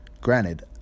Granted